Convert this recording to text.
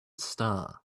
star